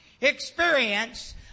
experience